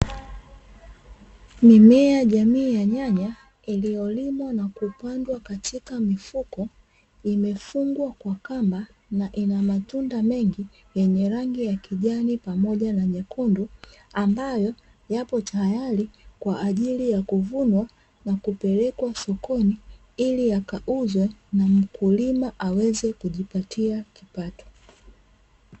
Mimea jamii ya nyanya ilio limwa na kupandwa katika mifuko, lmefungwa kwa kamba na ina matunda mengi yenye rangi ya kijani pamoja na rangi nyekundu ambayo yapo tayari kwa ajiri ya kuvunwa na kupelekwa sokoni ili yakauzwe na mkulima aweze kujipatia kioato